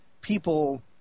people